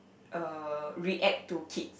uh react to kids